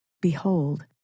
Behold